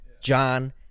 John